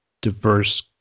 diverse